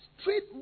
straight